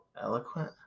Eloquent